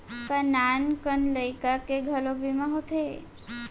का नान कन लइका के घलो बीमा होथे?